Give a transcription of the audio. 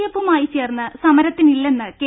എഫുമായി ചേർന്ന് സമരത്തിനില്ലെന്ന് കെ